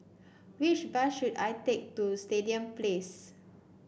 which bus should I take to Stadium Place